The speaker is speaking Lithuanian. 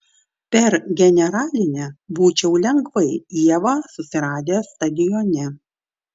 per generalinę būčiau lengvai ievą susiradęs stadione